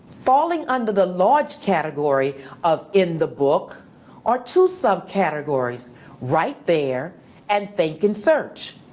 falling under the large category of in the book are two sub-categories right there and think and search.